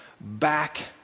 back